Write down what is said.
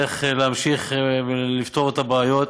איך להמשיך ולפתור את הבעיות,